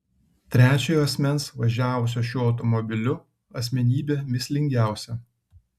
trečiojo asmens važiavusio šiuo automobiliu asmenybė mįslingiausia